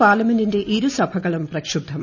പാർലമെന്റിന്റെഇരുസഭകളും പ്രക്ഷുബ്ദം